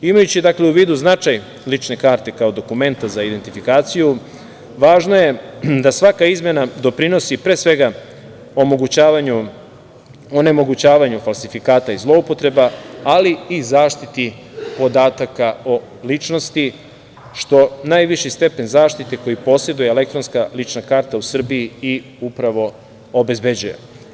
Imajući u vidu značaj lične karte kao dokumenta za identifikaciju, važno je da svaka izmena doprinosi, pre svega, onemogućavanju falsifikata i zloupotreba, ali i zaštiti podataka o ličnosti, što najviši stepen zaštite koji poseduje elektronska lična karta u Srbiji upravo obezbeđuje.